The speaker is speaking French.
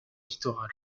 littoral